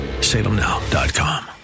salemnow.com